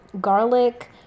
garlic